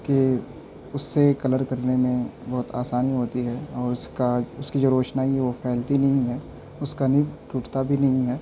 کہ اس سے کلر کرنے میں بہت آسانی ہوتی ہے اور اس کا اس کی جو روشنائی وہ پھیلتی نہیں ہے اس کا نب ٹوٹتا بھی نہیں ہے